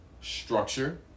structure